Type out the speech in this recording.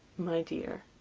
my dear,